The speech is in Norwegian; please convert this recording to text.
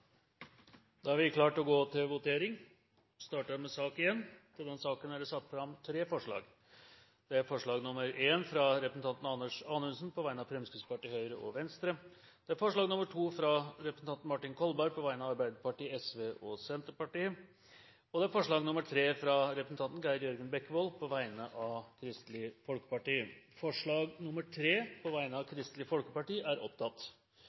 Da er Stortinget klar til å gå til votering. Under debatten er det satt fram i alt tre forslag. Det er forslag nr. 1, fra Anders Anundsen på vegne av Fremskrittspartiet, Høyre og Venstre forslag nr. 2, fra Martin Kolberg på vegne av Arbeiderpartiet, Sosialistisk Venstreparti og Senterpartiet forslag nr. 3, fra Geir Jørgen Bekkevold på vegne av Kristelig Folkeparti. Det voteres først over forslag nr. 3, fra Kristelig Folkeparti. Forslaget lyder: «Stortinget mener det er